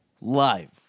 live